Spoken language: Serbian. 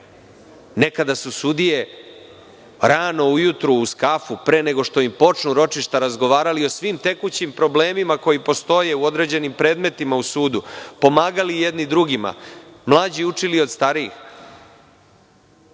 Nekada su sudije, rano ujutru uz kafu, pre nego što im počnu ročišta, razgovarali o svim tekućim problemima koji postoje u određenim predmetima u sudu, pomagali jedni drugima, mlađi učili od starijih.